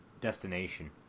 destination